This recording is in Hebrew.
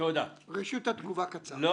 רשות התגובה קצר.